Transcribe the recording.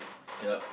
yup